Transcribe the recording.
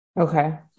Okay